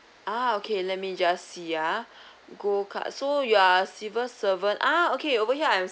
ah okay let me just see uh gold card so you are civil servant ah okay over here I am